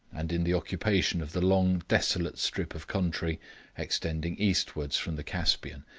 and in the occupation of the long, desolate strip of country extending eastwards from the caspian,